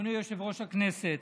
אדוני יושב-ראש הכנסת,